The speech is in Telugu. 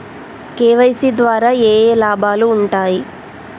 కే.వై.సీ ద్వారా ఏఏ లాభాలు ఉంటాయి?